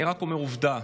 אני רק אומר עובדה,